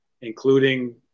including